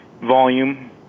volume